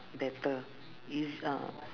better is ah